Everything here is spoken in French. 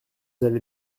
allez